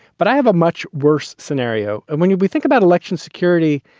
but i have a much worse scenario. and when we think about election security,